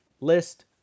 list